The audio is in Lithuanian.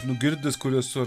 nugirdęs kur esu